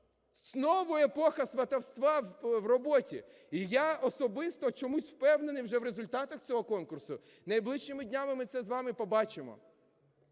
Знову епоха сватовства в роботі. І я особисто чомусь впевнений вже в результатах цього конкурсу. Найближчими днями ми це з вами побачимо.